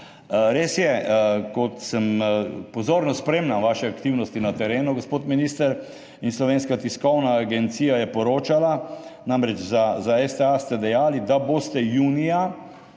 Res je, kot sem pozorno spremljal vaše aktivnosti na terenu, gospod minister, Slovenska tiskovna agencija je poročala, namreč za STA ste dejali, da boste junija,